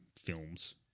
films